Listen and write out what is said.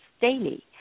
daily